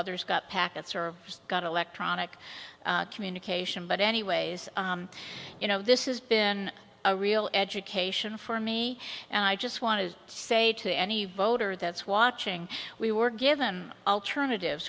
others got packets or just got electronic communication but anyways you know this has been a real education for me and i just want to say to any voter that's watching we were give them alternatives